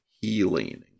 healing